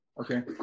Okay